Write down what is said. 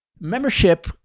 Membership